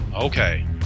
okay